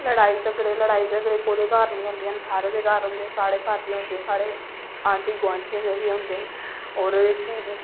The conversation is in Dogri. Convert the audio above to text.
लड़ाई झगड़े लड़ाई झगड़े कोह्दे घर निं होंदे हैन सारें दे घर होंदे साढ़े घर बी होंदे आंढी गोआंढियें दे बी होंदे होर इसी